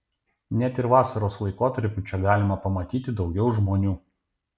net ir vasaros laikotarpiu čia galima pamatyti daugiau žmonių